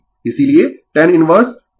इसीलिये tan inverse ωC 1 l ω G